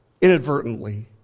inadvertently